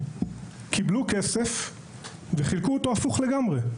קיבלו כסף וחילקו אותו הפוך לגמרי.